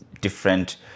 different